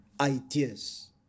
ideas